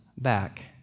back